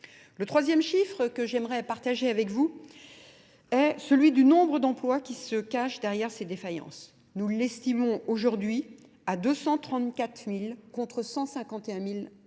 Le troisième chiffre que j'aimerais partager avec vous, est celui du nombre d'emplois qui se cachent derrière ces défaillances. Nous l'estimons aujourd'hui à 234 000 contre 151 000